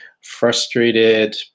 frustrated